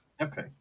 Okay